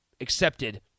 accepted